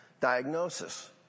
diagnosis